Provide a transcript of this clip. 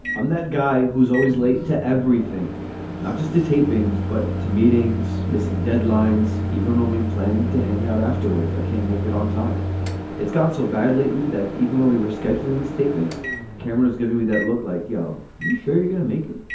i'm that guy who's always late to everything not just to tapings but to meetings missing deadlines. even when we plan to hang out afterwards i can't make it on time it's gotten so bad lately that even though we were scheduling this taping cameron is giving me that look like yo you sure you're gonna make it